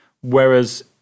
Whereas